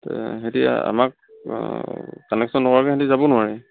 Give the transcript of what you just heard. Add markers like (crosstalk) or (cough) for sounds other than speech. (unintelligible) সিহঁতি আমাক কানেকশ্য়ন নোহোৱাকে সিহঁতি যাব নোৱাৰে